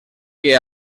que